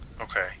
Okay